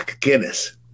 Guinness